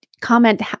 comment